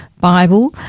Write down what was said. Bible